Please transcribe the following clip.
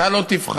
אתה לא תבחר.